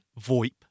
VoIP